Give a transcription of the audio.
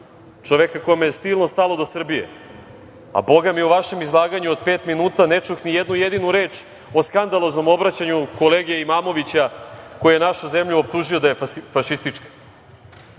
čoveka kome je silno stalo do Srbije, a bogami u vašem izlaganju od pet minuta ne čuh ni jednu jedinu reč o skandaloznom obraćanju kolege Imamovića koji je našu zemlju optužio da je fašistička.